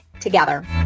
together